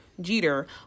jeter